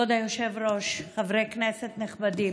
כבוד היושב-ראש, חברי כנסת נכבדים,